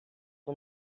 que